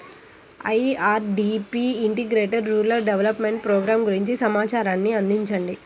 IRDP integrated rural development programme గురించి సమాచారాన్ని అందించండి?